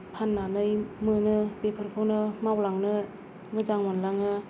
फान्नानै मोनो बेफोरखौनो मावलांनो मोजां मोनलाङो